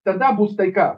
tada bus taika